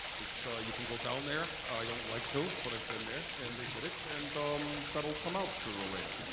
it's, so you can go down there i don't like to but i've been there and they did it and um that'll come out sooner or